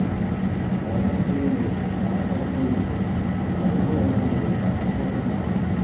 paper మిల్లులు మూతపడిపోయి సరుగుడు రైతులు నష్టపోతున్నారు